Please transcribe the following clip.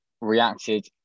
reacted